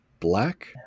black